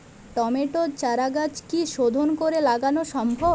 টমেটোর চারাগাছ কি শোধন করে লাগানো সম্ভব?